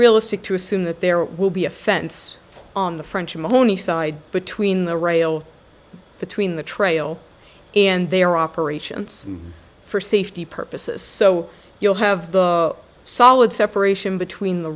realistic to assume that there will be a fence on the french mahoney side between the rail between the trail and their operations for safety purposes so you'll have the solid separation between the